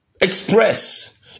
express